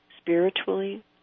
spiritually